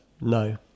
No